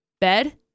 bed